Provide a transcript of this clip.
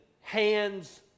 hands